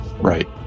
Right